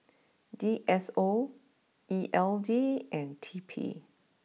D S O E L D and T P